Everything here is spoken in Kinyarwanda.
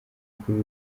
kuri